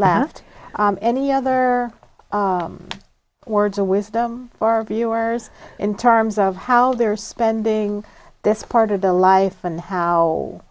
left any other words of wisdom for viewers in terms of how they're spending this part of the life and how